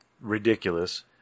ridiculous